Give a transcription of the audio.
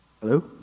Hello